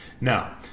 Now